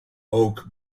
oak